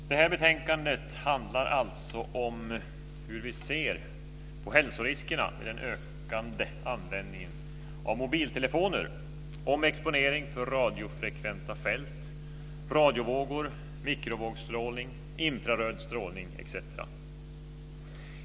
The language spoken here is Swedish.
Fru talman! Betänkandet handlar om hur vi ser på hälsoriskerna med den ökande användningen av mobiltelefoner, om exponering för radiofrekventa fält, radiovågor, mikrovågsstrålning och infraröd strålning etc.